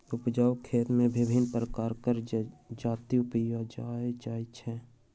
उपजाउ खेत मे विभिन्न प्रकारक जजाति उपजाओल जाइत छै